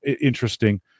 interesting